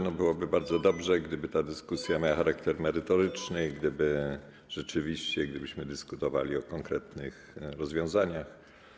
No, byłoby bardzo dobrze, gdyby ta dyskusja miała charakter merytoryczny i gdybyśmy rzeczywiście dyskutowali o konkretnych rozwiązaniach.